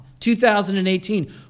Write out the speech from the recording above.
2018